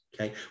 Okay